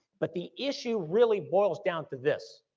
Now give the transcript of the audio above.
but the issue really boils down to this,